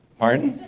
pardon.